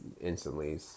instantly